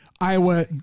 Iowa